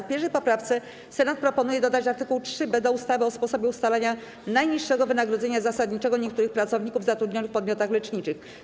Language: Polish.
W 1. poprawce Senat proponuje dodać art. 3b do ustawy o sposobie ustalania najniższego wynagrodzenia zasadniczego niektórych pracowników zatrudnionych w podmiotach leczniczych.